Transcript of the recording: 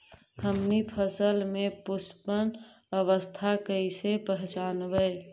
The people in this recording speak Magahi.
हमनी फसल में पुष्पन अवस्था कईसे पहचनबई?